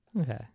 Okay